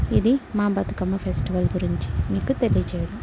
ఇది మా బతుకమ్మ ఫెస్టివల్ గురించి మీకు తెలియచేయడం